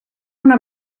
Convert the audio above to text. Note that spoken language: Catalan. una